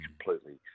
completely